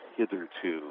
hitherto